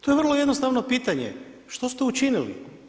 To je vrlo jednostavno pitanje što ste učinili?